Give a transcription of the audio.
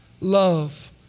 Love